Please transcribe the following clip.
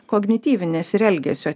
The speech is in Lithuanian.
kognityvinės ir elgesio